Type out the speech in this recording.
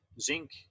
Zink